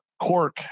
cork